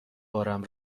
بارم